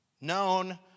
Known